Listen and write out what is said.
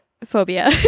phobia